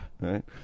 right